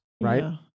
right